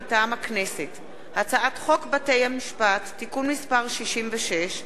מטעם הכנסת: הצעת חוק בתי-משפט (תיקון מס' 66)